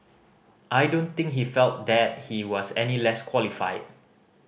I don't think he felt that he was any less qualified